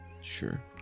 Sure